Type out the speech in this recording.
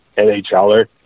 NHLer